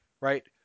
Right